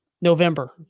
November